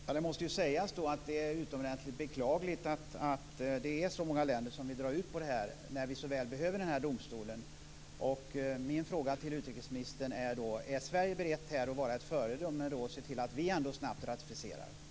Fru talman! Det måste sägas vara utomordentligt beklagligt att så många länder vill dra ut på det här, när vi så väl behöver denna domstol. Min fråga till utrikesministern är: Är Sverige berett att vara ett föredöme och se till att vi ratificerar snabbt?